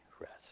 rest